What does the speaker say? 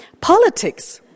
Politics